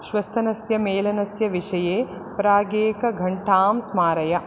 श्वस्तनस्य मेलनस्य विषये प्रागेकघण्टां स्मारय